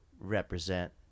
represent